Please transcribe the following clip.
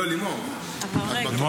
לימור, את רשומה